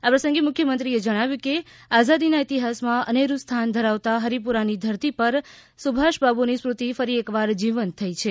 આ પ્રસંગે મુખ્યમંત્રીએ જણાવ્યું કે આઝાદીના ઈતિહાસમાં અનેરૂ સ્થાન ધરાવતાં હરિપુરાની ધરતી પર સુભાષબાબુની સ્મૃત્તિ ફરી એકવાર જીવંત થઈ છે